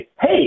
hey